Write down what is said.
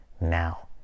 now